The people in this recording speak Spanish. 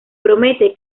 promete